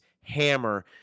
hammer